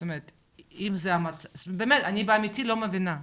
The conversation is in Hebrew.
אני בכנות לא מבינה.